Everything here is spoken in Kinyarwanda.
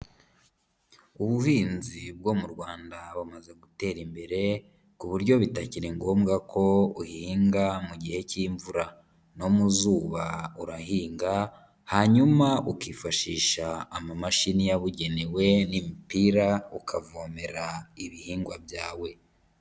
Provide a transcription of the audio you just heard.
Ubuhinzi bwo mu Rwanda bumaze gutera imbere ku buryo bitakiri ngombwa ko uhinga mu gihe cy'imvura, no mu zuba urahinga hanyuma ukifashisha amamashini yabugenewe n'imipira ukavomera ibihingwa byawe.